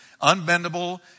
unbendable